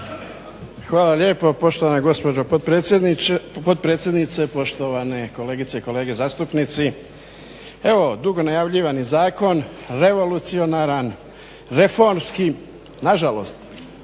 Hvala lijepa poštovana gospođo potpredsjednice, poštovane kolegice i kolege zastupnici. Evo dugo najavljivani zakon, revolucionaran, reformski, nažalost